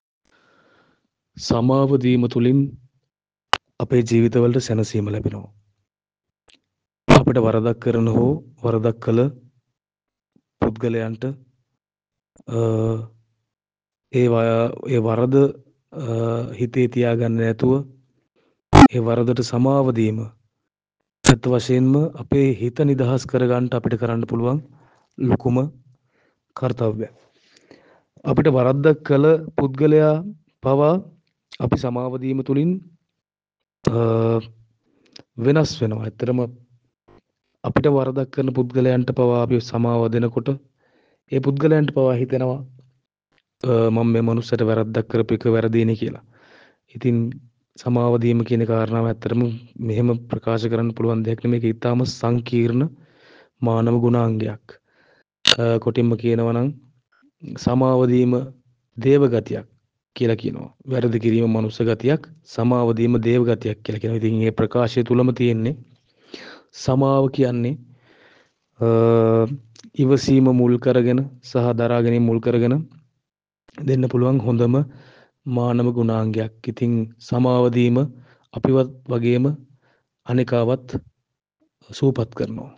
සමාව දීම තුළින් අපේ ජීවිත වලට සැනසීම ලැබෙනවා. අපිට වරදක් කරන හෝ වරදක් කළ පුද්ගලයන්ට ඒවා ඒ වරද හිතේ තියා ගන්නේ නැතුව ඒ වරදට සමාව දීම ඇත්ත වශයෙන්ම අපේ හිත නිදහස් කරගන්ට අපිට කරන්න පුළුවන් ලොකුම කර්තව්‍යයක්. අපිට වරදක් කළ පුද්ගලයා පවා අපි සමාව දීම තුළින් වෙනස් වෙනවා. ඇත්තටම අපිට වරදක් කරන පුද්ගලයන්ට පවා අපි සමාව දෙන කොට ඒ පුද්ගලයන්ට පවා හිතෙනවා. මං මේ මනුස්සයට වරදක් කරපු එක වැරදීනේ කියලා.ඉතින් සමාව දීම කියන කාරණාව ඇත්තටම මෙහෙම ප්‍රකාශ කරන්න පුළුවන් දෙයක් නෙමෙයි. ඒක ඉතාම සංකීර්ණ මනෝ ගුණාංගයක්. කොටින්ම කියනවා නම් සමාව දීම දේව ගතියක් කියල කියනවා. වැරදි කිරීම මනුස්ස ගතියක්. සමාව දීම දේව ගතියක් කියල කියනවා. ඉතින් ඒ ප්‍රකාශය තුළම තියෙන්නේ සමාව කියන්නේ ඉවසීම මුල් කරගෙන සහ දරා ගැනීම මුල් කරගෙන දෙන්න පුළුවන් හොඳම මානව ගුණාංගයක්. ඉතින් සමාව දීම අපිවත් වගේම අනෙකාවත් සුවපත් කරනවා.